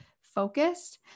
focused